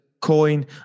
coin